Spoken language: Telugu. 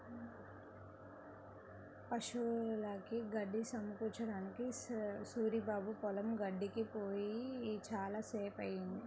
పశువులకి గడ్డి కోసుకురావడానికి సూరిబాబు పొలం గట్టుకి పొయ్యి చాలా సేపయ్యింది